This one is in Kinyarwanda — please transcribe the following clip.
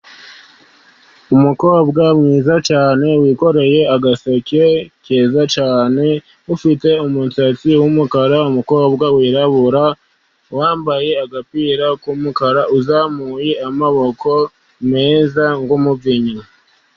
Umukobwa mwiza cyane wikoreye agaseke keza cyane ufite umusatsi w'umukara umukobwa wirabura wambaye agapira k'umukara uzamuye amaboko meza nk'umubyinnyi.